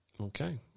Okay